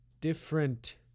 different